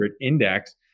index